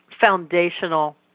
foundational